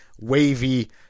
wavy